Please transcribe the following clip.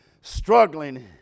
struggling